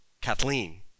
Kathleen